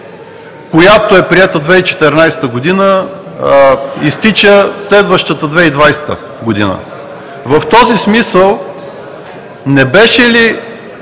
която е приета 2014 г., изтича следващата 2020 г. В този смисъл не беше ли